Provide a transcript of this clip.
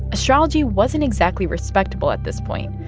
astrology wasn't exactly respectable at this point.